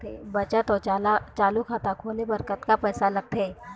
बचत अऊ चालू खाता खोले बर कतका पैसा लगथे?